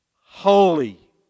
holy